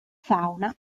fauna